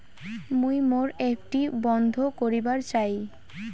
মুই মোর এফ.ডি বন্ধ করিবার চাই